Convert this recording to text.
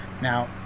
Now